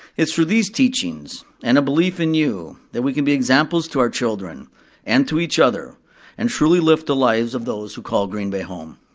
it's through these teachings and a belief in you that we can be examples to our children and to each other and truly lift the lives of those who call green bay home.